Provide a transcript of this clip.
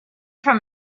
from